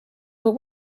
but